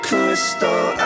Crystal